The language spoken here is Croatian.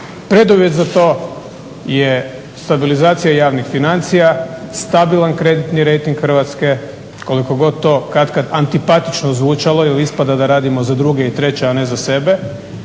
Preduvjet za to je stabilizacija javnih financija, stabilan kreditni rejting Hrvatske koliko god to katkad antipatično zvučalo jer ispada da radimo za druge i treće, a ne za sebe